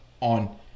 on